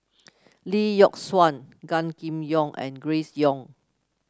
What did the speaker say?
Lee Yock Suan Gan Kim Yong and Grace Young